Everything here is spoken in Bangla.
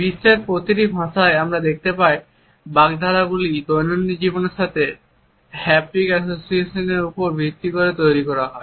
বিশ্বের প্রায় প্রতিটি ভাষায় আমরা দেখতে পাই যে বাগধারাগুলি দৈনন্দিন জীবনের সাথে আমাদের হ্যাপটিক অ্যাসোসিয়েশনের উপর ভিত্তি করে তৈরি করা হয়